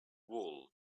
wool